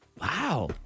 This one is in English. wow